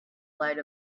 light